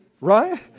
right